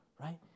right